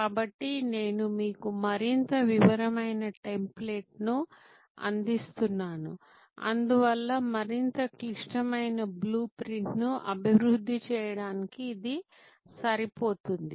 కాబట్టి నేను మీకు మరింత వివరమైన టెంప్లేట్ ను అందిస్తున్నాను అందువల్ల మరింత క్లిష్టమైన బ్లూ ప్రింట్ ను అభివృద్ధి చేయడానికి ఇది సరిపోతుంది